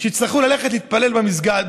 שיצטרכו ללכת להתפלל במסגד,